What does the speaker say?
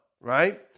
right